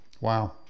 Wow